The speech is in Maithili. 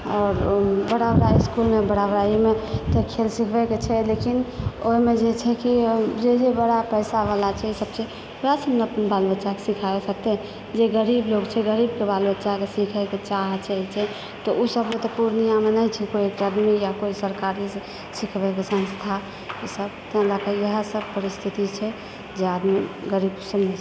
आओर ओ बड़ा बड़ा इस्कूलमे बड़ा बड़ा एहिमे तऽ खेल सिखबयके छै लेकिन ओहिमे जे छै कि जे जे बड़ा पैसाबला छै सभ छै वएहसभ न अपना बाल बच्चाके सिखा सकतय जे गरीब लोग छै गरीबकऽ बाल बच्चाके सिखयके चाह छै तऽ ओसभतऽ पूर्णियामे नहि छै कोइ अकैडमी या सरकारी सिखबयकऽ संस्था ईसभ तैं लयकऽ इएहे सभ परिस्थिति छै जे आदमी गरीब